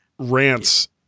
rants